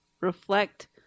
reflect